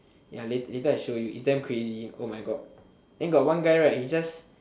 ya lat~ later I show you it's damn crazy oh my god then got one guy right he just